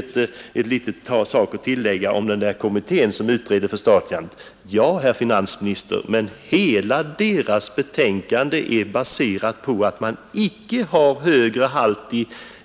Det är en liten sak att tillägga om den kommitté som på sin tid utredde förstatligandet. Hela dess betänkande är baserat på att man icke har högre halt